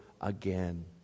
again